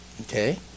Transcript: Okay